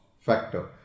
factor